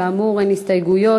כאמור, אין הסתייגויות.